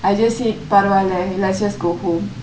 I just said பரவால்ல:paravalle let's just go home